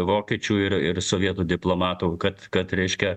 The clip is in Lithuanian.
vokiečių ir ir sovietų diplomatų kad kad reiškia